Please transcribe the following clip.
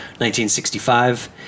1965